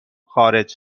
خارج